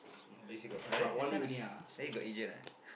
at least you got ah there this one lah then you got agent ah